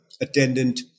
attendant